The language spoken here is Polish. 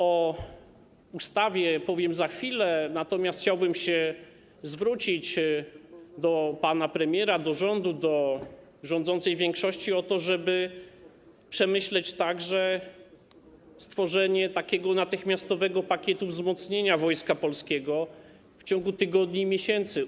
O ustawie powiem za chwilę, natomiast chciałbym się zwrócić do pana premiera, do rządu, do rządzącej większości o to, żeby przemyśleć także stworzenie natychmiastowego pakietu wzmocnienia Wojska Polskiego w ciągu tygodni i miesięcy.